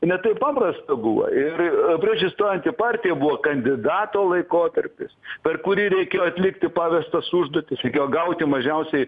ne taip paprasta buvo ir prieš įstojant į partiją buvo kandidato laikotarpis per kurį reikėjo atlikti pavestas užduotis reikėjo gauti mažiausiai